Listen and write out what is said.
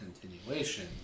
continuation